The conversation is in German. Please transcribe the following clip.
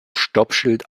stoppschild